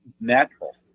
natural